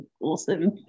awesome